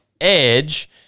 edge